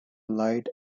light